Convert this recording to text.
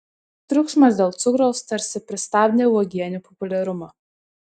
triukšmas dėl cukraus tarsi pristabdė uogienių populiarumą